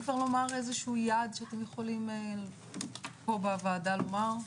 אתם יודעים כבר לומר איזשהו יעד שאתם יכולים פה בוועדה לומר?